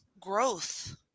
growth